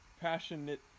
passionate